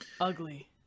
Ugly